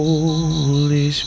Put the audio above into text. Holy